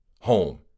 home